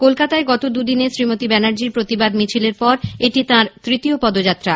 কলকাতায় গত দুদিনে শ্রীমতী ব্যানার্জির প্রতিবাদ মিছিলের পর এটি তৃতীয় পদযাত্রা